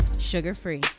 sugar-free